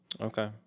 Okay